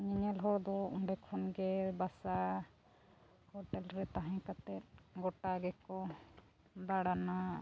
ᱧᱮᱧᱮᱞ ᱦᱚᱲ ᱫᱚ ᱚᱸᱰᱮ ᱠᱷᱚᱱ ᱜᱮ ᱵᱟᱥᱟ ᱨᱮ ᱛᱟᱦᱮᱸ ᱠᱟᱛᱮᱫ ᱜᱚᱴᱟ ᱜᱮᱠᱚ ᱫᱟᱬᱟᱱᱟ